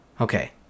Okay